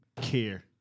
care